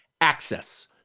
access